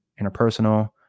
interpersonal